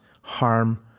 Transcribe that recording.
harm